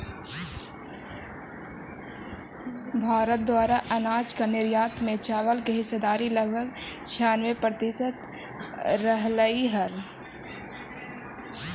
भारत द्वारा अनाज के निर्यात में चावल की हिस्सेदारी लगभग छियानवे प्रतिसत रहलइ हल